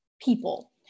people